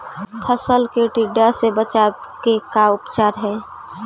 फ़सल के टिड्डा से बचाव के का उपचार है?